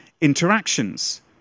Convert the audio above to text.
interactions